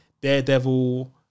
Daredevil